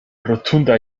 rotunda